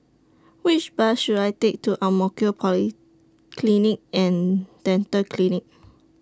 Which Bus should I Take to Ang Mo Kio Polyclinic and Dental Clinic